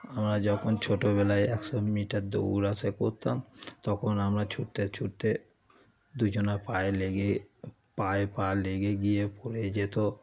আমরা যখন ছোটবেলায় একশো মিটার দৌড় আর সে করতাম তখন আমরা ছুটতে ছুটতে দুজনের পায়ে লেগে পায়ে পা লেগে গিয়ে পড়ে যেত